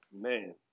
Man